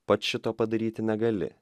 pats šito padaryti negali